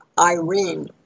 Irene